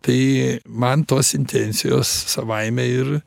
tai man tos intencijos savaime ir